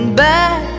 back